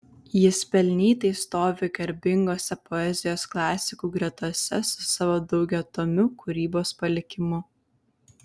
jis pelnytai stovi garbingose poezijos klasikų gretose su savo daugiatomiu kūrybos palikimu